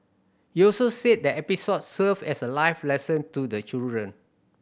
he also said the episode served as a life lesson to the children